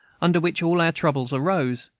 under which all our troubles arose,